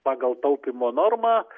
pagal taupymo normą